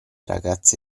ragazze